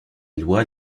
loi